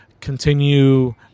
continue